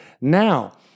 Now